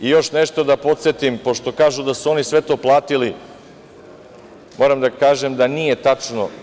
Još nešto da podsetim, pošto kažu da su oni sve to platili, moram da kažem da nije tačno.